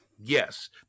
yes